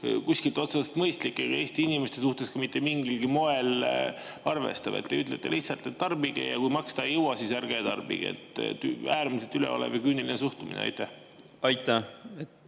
kuskilt otsast mõistlik ega Eesti inimestega mitte mingilgi moel arvestav, kui te ütlete, et tarbige, ja kui maksta ei jõua, siis ärge tarbige. Äärmiselt üleolev ja küüniline suhtumine. Aitäh,